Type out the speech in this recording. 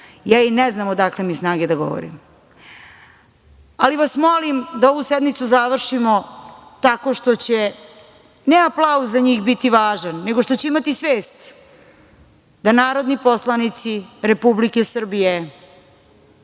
i ne znam odakle mi snage da govorim, ali vas molim da ovu sednicu završimo tako što će ne aplauz za njih biti važan, nego što će imati svest da narodni poslanici Republike Srbije